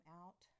out